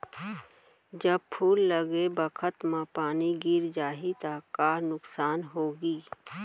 जब फूल लगे बखत म पानी गिर जाही त का नुकसान होगी?